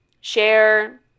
Share